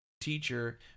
teacher